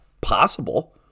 possible